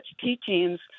teachings